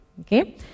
okay